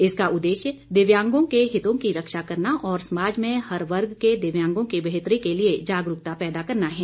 इसका उद्देश्य दिव्यांगों के हितों की रक्षा करना और समाज में हर वर्ग के दिव्यांगों की बेहतरी के लिए जागरूकता पैदा करना है